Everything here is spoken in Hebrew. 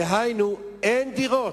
דהיינו, אין דירות,